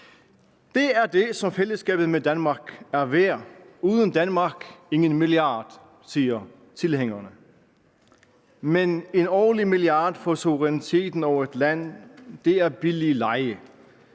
Det er det, som fællesskabet med Danmark er værd. Uden Danmark, ingen milliard, siger tilhængerne. Men en årlig milliard for suveræniteten over et land er billig leje,